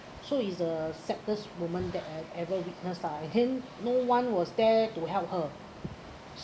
so is the saddest moment that I ever witnessed lah and then no one was there to help her